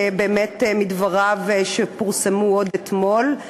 בדבריו שפורסמו עוד אתמול,